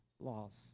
laws